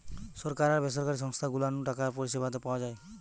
সরকার আর বেসরকারি সংস্থা গুলা নু টাকার পরিষেবা পাওয়া যায়